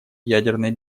ядерной